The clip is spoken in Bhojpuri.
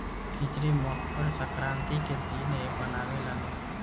खिचड़ी मकर संक्रान्ति के दिने बनावे लालो